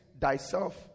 thyself